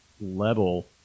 level